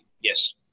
yes